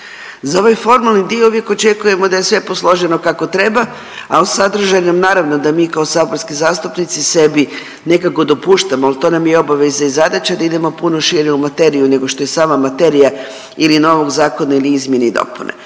Za ovaj formalni dio uvijek očekujemo da je sve posloženo kako treba, a o sadržajnom naravno da mi kao saborski zastupnici sebi nekako dopuštamo, ali to nam je i obaveza i zadaća da idemo puno šire u materiju nego što je sama materija ili novog zakona ili izmjene i dopune.